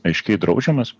aiškiai draudžiamas